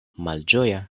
malĝoja